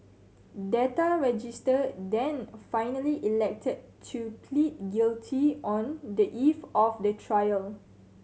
Data Register then finally elected to plead guilty on the eve of the trial